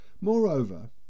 Moreover